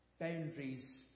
boundaries